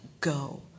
go